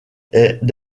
est